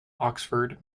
oxford